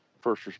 first